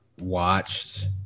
watched